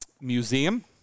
museum